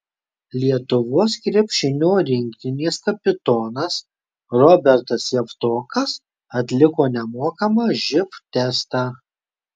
lietuvos krepšinio rinktinės kapitonas robertas javtokas atliko nemokamą živ testą